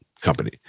Company